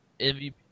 MVP